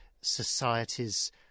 society's